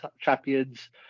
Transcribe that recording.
champions